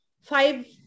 five